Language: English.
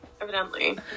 evidently